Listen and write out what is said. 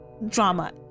Drama